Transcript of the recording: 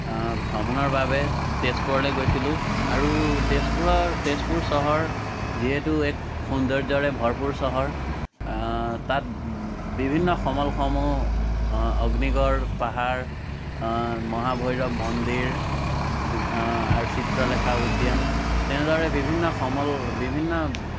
ভ্ৰমণৰ বাবে তেজপুৰলৈ গৈছিলোঁ আৰু তেজপুৰৰ তেজপুৰ চহৰ যিহেতু এক সৌন্দৰ্যৰে ভৰপূৰ চহৰ তাত বিভিন্ন সমলসমূহ অগ্নিগড় পাহাৰ মহাভৈৰৱ মন্দিৰ আৰু চিত্ৰলেখা উদ্যান তেনেদৰে বিভিন্ন সমল বিভিন্ন